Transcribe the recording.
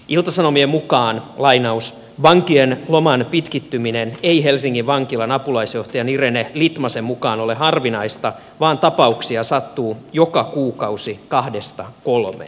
ilta sanomien mukaan vankien loman pitkittyminen ei helsingin vankilan apulaisjohtajan irene litmasen mukaan ole harvinaista vaan tapauksia sattuu joka kuukausi kahdesta kolmeen